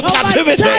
Captivity